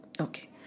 okay